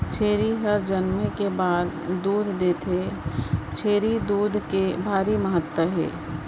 छेरी हर जनमे के बाद दूद देथे, छेरी दूद के भारी महत्ता हे